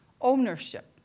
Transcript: Ownership